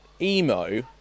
emo